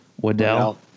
Waddell